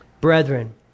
Brethren